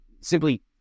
Simply